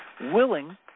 willing